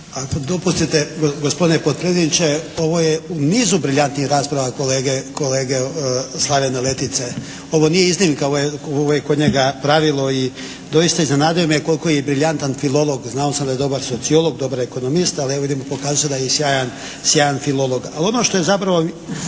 Ako dopustite gospodine potpredsjedniče, ovo je u nizu briljantnih rasprava kolege Slavena Letice. Ovo nije iznimka, ovo je kod njega pravilo i doista iznenadio me koliko je briljantan filolog. Znao sam da je dobar sociolog, dobar ekonomist, ali evo vidim pokazao je da je i sjajan filolog.